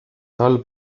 tal